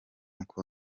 uko